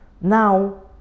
Now